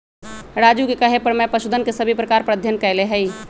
राजू के कहे पर मैं पशुधन के सभी प्रकार पर अध्ययन कैलय हई